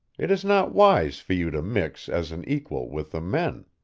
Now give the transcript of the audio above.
it is not wise for you to mix, as an equal, with the men.